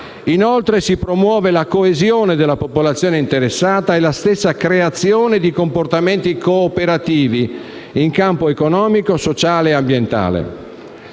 inoltre la coesione della popolazione interessata e la stessa creazione di comportamenti cooperativi in campo economico, sociale e ambientale.